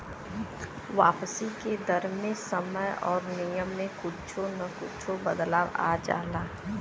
वापसी के दर मे समय आउर नियम में कुच्छो न कुच्छो बदलाव आ जाला